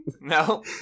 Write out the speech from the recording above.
no